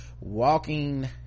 walking